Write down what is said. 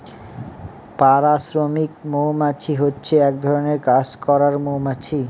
পাড়া শ্রমিক মৌমাছি হচ্ছে এক ধরনের কাজ করার মৌমাছি